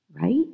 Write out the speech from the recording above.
Right